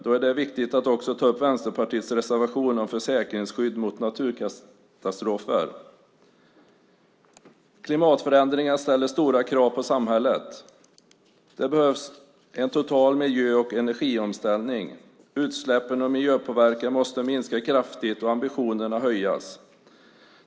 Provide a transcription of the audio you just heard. Då är det viktigt att också ta upp Vänsterpartiets reservation om försäkringsskydd mot naturkatastrofer. Klimatförändringarna ställer stora krav på samhället. Det behövs en total miljö och energiomställning. Utsläppen och miljöpåverkan måste minska kraftigt och ambitionerna höjas.